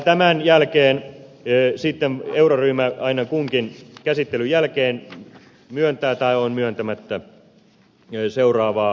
tämän jälkeen sitten euroryhmä aina kunkin käsittelyn jälkeen myöntää tai on myöntämättä seuraavaa lainapakettia